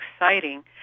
exciting